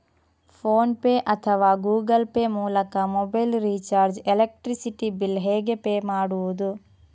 Phone pay ಅಥವಾ Google pay ಮೂಲಕ mobile recharge, electricity bill ಹೇಗೆ ಪೇ ಮಾಡುವುದು?